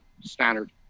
standard